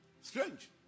Strange